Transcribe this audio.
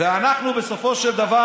ואנחנו בסופו של דבר,